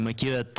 אני מכיר את